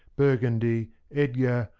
burgundy, edgar,